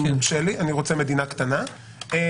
אם יורשה לי אני רוצה מדינה קטנה --- את